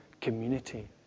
community